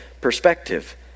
perspective